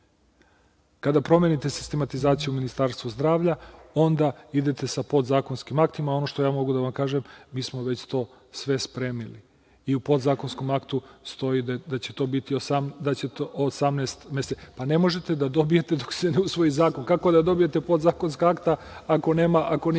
Kada promenite sistematizaciju u Ministarstvu zdravlja, onda idete sa podzakonskim aktima. Ono što ja mogu da vam kažem, mi smo već to sve spremili i u podzakonskom aktu stoji da će to biti 18 mesta. Ne možete da dobijete dok se ne usvoji zakon. Kako da dobijete podzakonska akta ako nije